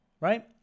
right